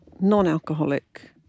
non-alcoholic